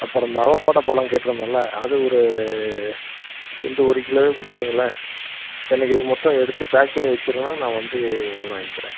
அப்புறம் இந்த அவகோடா பழம் கேட்டிருந்தோன்ல அது ஒரு வந்து ஒரு கிலோவே கொடுத்துருங்களேன் எனக்கு இது மொத்தம் எடுத்து பேக் பண்ணி வச்சிருங்கண்ணா நான் வந்து வாங்கிக்கிறேன்